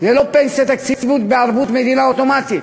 זו לא פנסיה תקציבית בערבות מדינה אוטומטית.